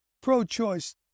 pro-choice